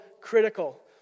critical